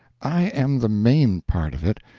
i am the main part of it,